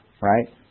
right